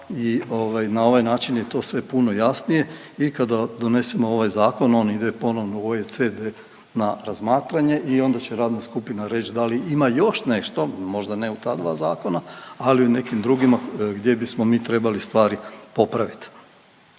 Na ovaj način je to sve puno jasnije. I kada donesemo ovaj zakon on ide ponovno u OECD na razmatranje i onda će radna skupina reći da li ima još nešto, možda ne u ta dva zakona, ali u nekim drugima gdje bismo mi trebali stvari popraviti.